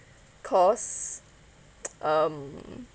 cause um